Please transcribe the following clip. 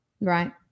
Right